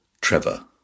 Trevor